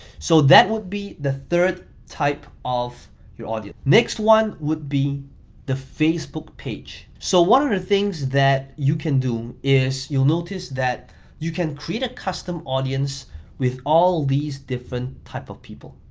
so that would be the third type of your audience. next one would be the facebook page. so one of the things that you can do is you'll notice that you can create a custom audience with all these different type of people.